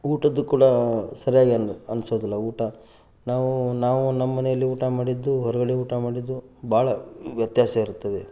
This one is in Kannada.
ಊಟದ್ದು ಕೂಡ ಸರಿಯಾಗಿ ಅನ್ ಅನಿಸೋದಿಲ್ಲ ಊಟ ನಾವು ನಾವು ನಮ್ಮ ಮನೆಯಲ್ಲಿ ಊಟ ಮಾಡಿದ್ದು ಹೊರಗಡೆ ಊಟ ಮಾಡಿದ್ದು ಭಾಳ ವ್ಯತ್ಯಾಸ ಇರ್ತದೆ